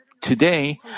Today